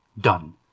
Done